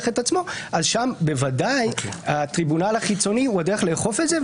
את עצמו שם בוודאי הטריבונל החיצוני הוא הדרך לאכוף את זה.